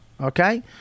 okay